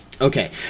Okay